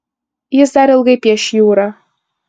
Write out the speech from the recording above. jis dar ilgai pieš jūrą